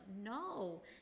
no